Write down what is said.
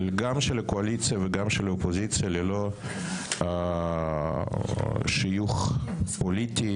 של הקואליציה וגם של האופוזיציה ללא שיוך פוליטי.